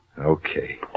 Okay